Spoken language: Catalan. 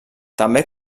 també